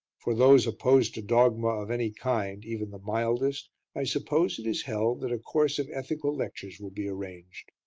for those opposed to dogma of any kind even the mildest i suppose it is held that a course of ethical lectures will be arranged.